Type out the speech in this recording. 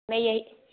नहीं ये